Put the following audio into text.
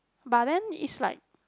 but then is like